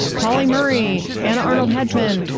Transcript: pauli murray, anna arnold hedgeman,